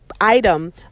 item